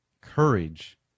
Courage